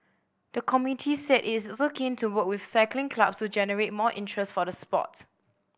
the committee said it also keen to work with cycling clubs to generate more interest for the sport